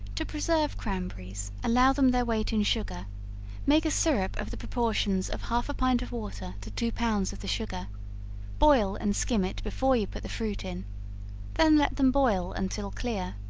to preserve cranberries, allow them their weight in sugar make a syrup of the proportions of half a pint of water to two pounds of the sugar boil and skim it before you put the fruit in then let them boil until clear.